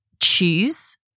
choose